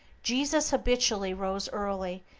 jesus habitually rose early,